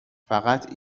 فقط